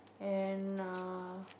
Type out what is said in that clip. and err